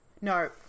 No